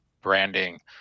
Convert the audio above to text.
branding